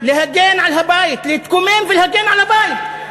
להגן על הבית, להתקומם ולהגן על הבית.